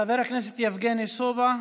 חבר הכנסת יבגני סובה,